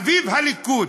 אביב הליכוד.